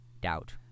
Doubt